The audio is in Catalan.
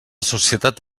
societat